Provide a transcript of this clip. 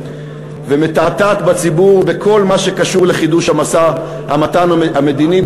ומתעתעת בציבור בכל מה שקשור לחידוש המשא-ומתן המדיני,